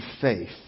faith